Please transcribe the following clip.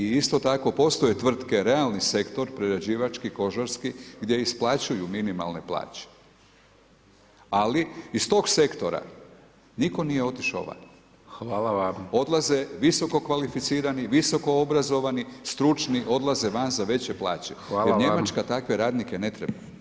I isto tako postoje tvrtke, realni sektor prerađivački, kožarski, gdje isplaćuju minimalne plaće, ali iz toga sektora nitko nije otišao van [[Upadica: Hvala vam]] odlaze visokokvalificirani, visokoobrazovani, stručni odlaze van za veće plaće [[Upadica: Hvala vam]] jer Njemačka takve radnike ne treba.